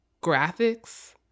graphics